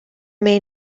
may